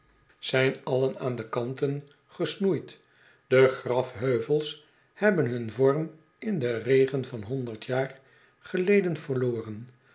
zijn allen aan de kanten gesnoeid de grafheuvels hebben hun vorm in den regen van honderd jaar geleden verloren